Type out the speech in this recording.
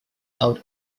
out